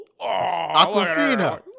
Aquafina